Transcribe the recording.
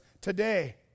today